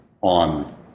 on